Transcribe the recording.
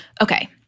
Okay